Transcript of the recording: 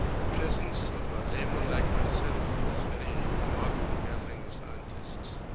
the presence of a layman like myself in this very remarkable gathering of scientists